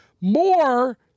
More